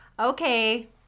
Okay